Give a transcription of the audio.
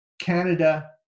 Canada